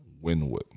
Winwood